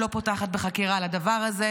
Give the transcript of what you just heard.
לא פותחת בחקירה על הדבר הזה,